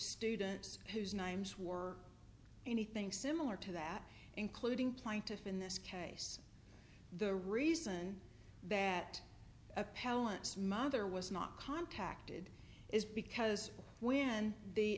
students whose names were anything similar to that including plaintiff in this case the reason that appellant's mother was not contacted is because when the